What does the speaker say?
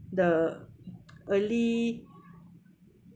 the early